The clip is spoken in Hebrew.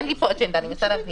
אין לי פה אג'נדה, אני מנסה להבין.